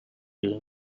جوری